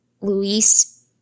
Luis